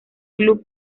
club